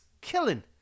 killing